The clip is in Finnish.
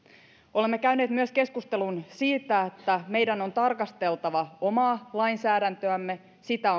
olemme käyneet myös keskustelun siitä että meidän on tarkasteltava omaa lainsäädäntöämme sitä